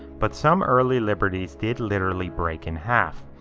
but some early liberties did literally break in half.